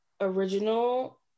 original